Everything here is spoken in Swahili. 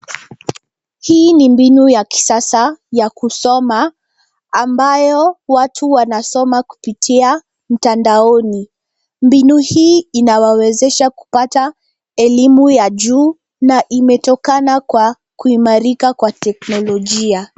Hii ni mbinu ya kisasa ya kusoma ambayo watu wanasoma kupitia mtandaoni. Mbinu hii inawawezesha kupata elimu ya juu na imetokana kwa kuimarika kwa teknolojia.